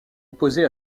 opposé